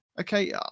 Okay